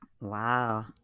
Wow